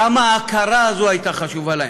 כמה ההכרה הזאת הייתה חשובה להם.